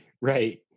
Right